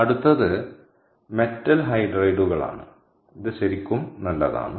അടുത്തത് മെറ്റൽ ഹൈഡ്രൈഡുകളാണ് ഇത് ശരിക്കും നല്ലതാണ്